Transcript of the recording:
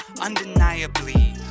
Undeniably